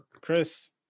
Chris